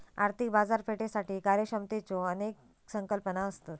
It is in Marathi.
आर्थिक बाजारपेठेसाठी कार्यक्षमतेच्यो अनेक संकल्पना असत